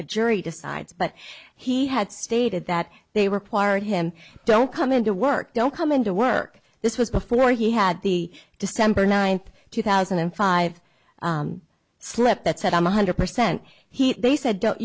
a jury decides but he had stated that they were pirate him don't come into work don't come into work this was before he had the december ninth two thousand and five slip that said i'm one hundred percent he they said